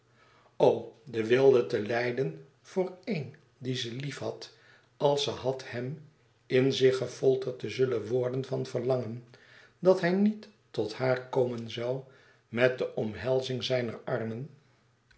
de weelde te lijden voor een dien ze liefhad als ze had hèm in zich gefolterd te zullen worden van verlangen dat hij niet tot haar komen zoû met de omhelzing zijner armen